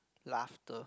laughter